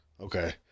Okay